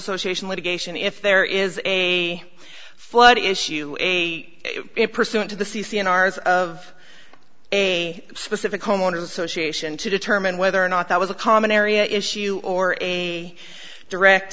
association litigation if there is a flood issue it pursuant to the c c and r s of a specific homeowners association to determine whether or not that was a common area issue or a direct